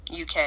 UK